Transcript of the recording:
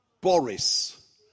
Boris